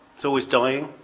so always dying.